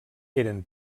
eren